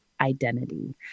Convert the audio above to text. identity